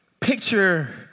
Picture